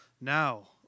Now